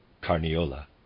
Carniola